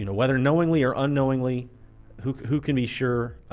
you know whether knowingly or unknowingly who who can be sure,